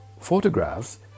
photographs